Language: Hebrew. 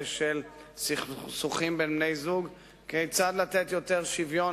של סכסוכים בין בני-זוג וכיצד לתת יותר שוויון